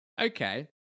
Okay